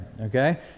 okay